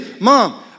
mom